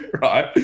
right